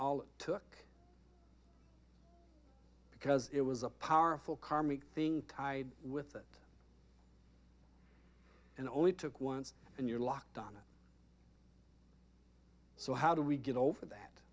it took because it was a powerful karmic thing tied with it and only took once and you're locked on it so how do we get over that